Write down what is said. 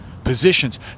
Positions